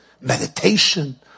meditation